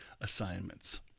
assignments